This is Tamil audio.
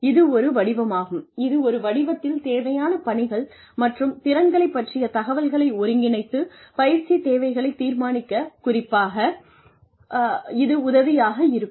இது ஒரு வடிவமாகும் இது ஒரு வடிவத்தில் தேவையான பணிகள் மற்றும் திறன்களைப் பற்றிய தகவல்களை ஒருங்கிணைத்து பயிற்சி தேவைகளைத் தீர்மானிக்கக் குறிப்பாக இது உதவியாக இருக்கும்